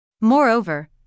Moreover